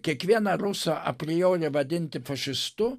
kiekvieną rusą apriori vadinti fašistu